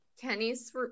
Kenny's